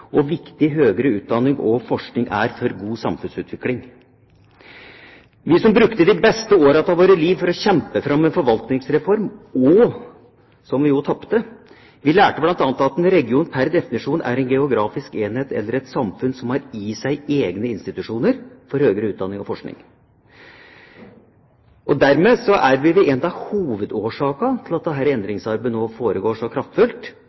hvor viktig høgere utdanning og forskning er for god samfunnsutvikling. Vi som brukte de beste årene av vårt liv på å kjempe fram en forvaltningsreform – og tapte – lærte bl.a. at en region pr. definisjon er en geografisk enhet eller et samfunn som har i seg egne institusjoner for høgere udanning og forskning. Dermed er vi ved en av hovedårsakene til at dette endringsarbeidet nå foregår så kraftfullt;